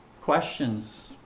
questions